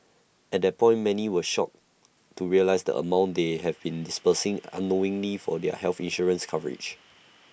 at that point many were shocked to realise the amount they have been disbursing unknowingly for their health insurance coverage